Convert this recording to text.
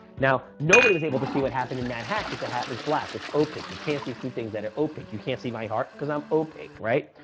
now nobody was able to see what happened in that hat, because the hat was black. it's opaque. you can't see through things that are opaque. you can't see my heart, because i'm opaque, right?